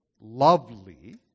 lovely